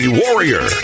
warrior